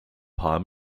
paar